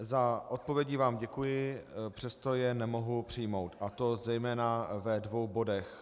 Za odpovědi vám děkuji, přesto je nemohu přijmout, a to zejména ve dvou bodech.